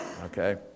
okay